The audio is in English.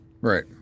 right